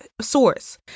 source